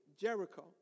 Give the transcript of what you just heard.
Jericho